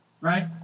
right